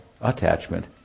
attachment